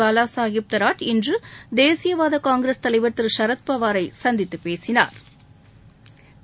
பாவாசாகிப் தொராட் இன்று தேசியவாத காங்கிரஸ் தலைவா் திரு சரத்பவாரை சந்தித்து பேசினாா்